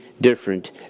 different